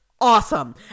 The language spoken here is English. awesome